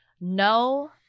no